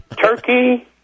turkey